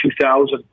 2000